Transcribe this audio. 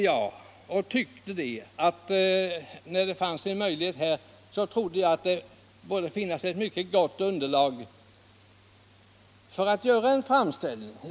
Jag trodde att det nu skulle finnas ett mycket gott underlag för att på nytt göra en framställning i denna fråga.